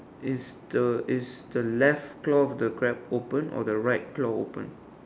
is the is the left claw of the crab open or the right claw open